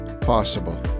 possible